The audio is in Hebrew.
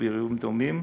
ובאירועים דומים,